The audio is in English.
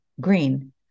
green